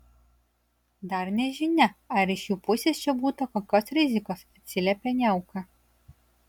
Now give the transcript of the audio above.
dar nežinia ar iš jų pusės čia būta kokios rizikos atsiliepė niauka